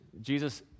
Jesus